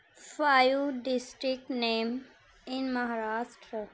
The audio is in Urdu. five district name in Maharashtra